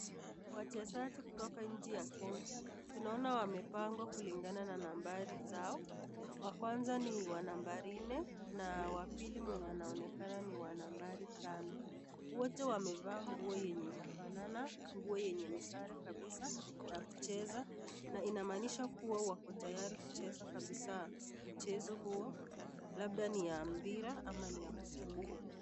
wachezaji kutoka nchi ya kenya tunaona wamepangwa kulingana na nambari zao, wa kwanza ni nambari nne, na wapili mwenye anaonekana ni wa nambari tano. Wote wamevaa nguo yenye inafanana, nguo yenye ni sare kabisa ya kucheza, na inaamanisha kuwa wako tayari kucheza mchezo huo, labda ni ya mpira ama ni ya kukimbia